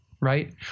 right